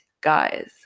guys